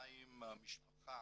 שניים משפחה